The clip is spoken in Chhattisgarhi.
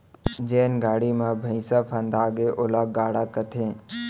जेन गाड़ी म भइंसा फंदागे ओला गाड़ा कथें